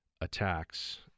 attacks